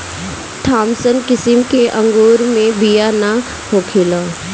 Thompson किसिम के अंगूर मे बिया ना होखेला